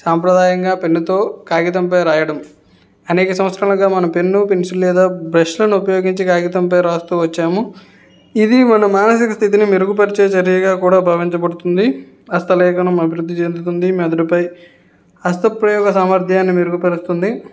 సాంప్రదాయంగా పెన్నుతో కాగితంపై వ్రాయడం అనేక సంవత్సరాలుగా మనం పెన్ను పెన్సిల్ లేదా బ్రష్లను ఉపయోగించి కాగితంపై వ్రాస్తూ వచ్చాము ఇది మన మానసిక స్థితిని మెరుగుపరిచే చర్యగా కూడా భావించబడుతుంది హస్తలేఖనం అభివృద్ధి చెందుతుంది మెదడుపై హస్త ప్రయోగ సామర్థ్యాన్ని మెరుగుపరుస్తుంది